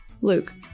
Luke